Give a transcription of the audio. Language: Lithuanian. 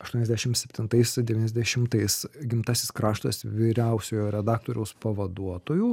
aštuoniasdešim septintais devyniasdešimtais gimtasis kraštas vyriausiojo redaktoriaus pavaduotoju